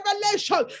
revelation